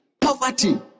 poverty